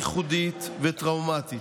ייחודית וטראומטית.